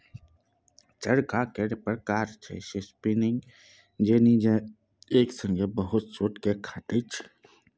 चरखा केर प्रकार छै स्पीनिंग जेनी जे एक संगे बहुत सुत केँ काटय छै